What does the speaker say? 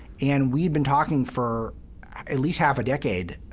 and we'd been talking for at least half a decade